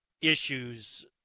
issues